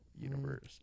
universe